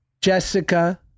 Jessica